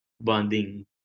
bonding